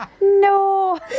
No